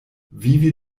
vivi